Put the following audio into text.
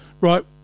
right